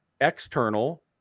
external